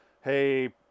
Hey